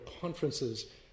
conferences